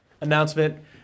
announcement